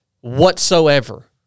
whatsoever